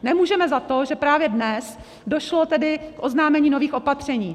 Nemůžeme za to, že právě dnes došlo tedy k oznámení nových opatření.